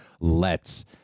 lets